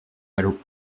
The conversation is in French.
vallaud